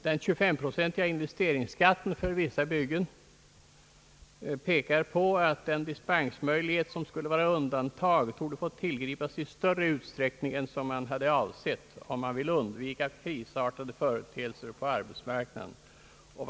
Den 25-procentiga investeringsskatten för vissa typer av byggen har fått följder som pekar på att den dispensmöjlighet som skulle tillämpas undantagsvis torde få tillgripas i större utsträckning än avsett om man vill undvika krisartade företeelser på arbetsmarknaden.